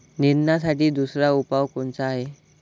निंदनासाठी दुसरा उपाव कोनचा हाये?